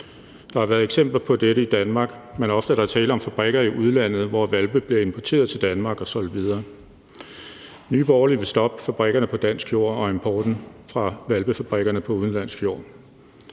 Der har været eksempler på dette i Danmark, men ofte er der tale om fabrikker i udlandet, hvor hvalpe bliver importeret til Danmark og solgt videre. Nye Borgerlige vil stoppe fabrikkerne på dansk jord og importen fra hvalpefabrikkerne på udenlandsk jord.